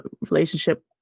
relationship